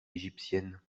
égyptiennes